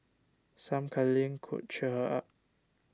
some cuddling could cheer her up